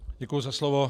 Děkuju za slovo.